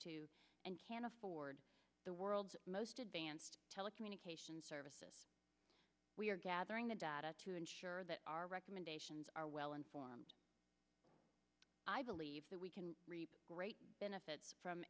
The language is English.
to and can afford the world's most advanced telecommunications service yes we are gathering the data to ensure that our recommendations are well informed i believe that we can reap great benefits from